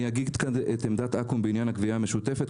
אני אגיד את עמדת אקו"ם בעניין הגבייה המשותפת.